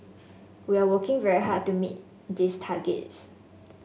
we are working very hard to meet these targets